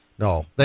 No